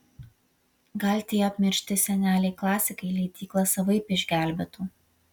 gal tie apmiršti seneliai klasikai leidyklą savaip išgelbėtų